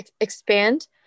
expand